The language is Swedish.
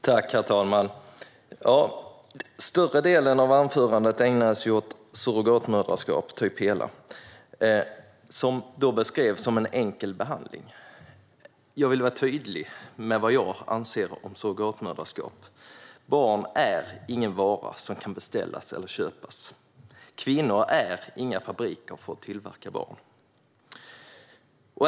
Herr talman! Större delen av anförandet, typ hela, ägnades åt surrogatmoderskap som beskrevs som en enkel behandling. Jag vill vara tydlig med vad jag anser om surrogatmoderskap: Barn är ingen vara som kan beställas eller köpas. Kvinnor är inga fabriker för att tillverka barn.